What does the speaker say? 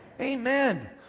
amen